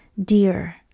dear